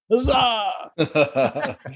Huzzah